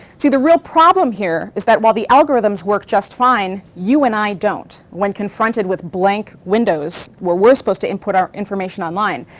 see, the real problem here is that, while the algorithms work just fine, you and i don't, when confronted with blank windows where we're supposed to input our information online.